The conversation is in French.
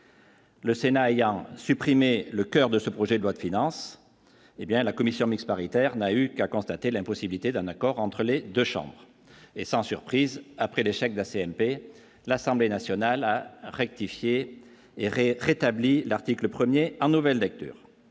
Le Sénat ayant supprimé le coeur de ce projet de loi de finances, hé bien, la commission mixte paritaire n'a eu qu'à constater l'impossibilité d'un accord entre les 2 chambres et sans surprise, après l'échec de la CNP, l'Assemblée nationale a rectifié et re-rétabli l'article 1er en nouvelle de lecture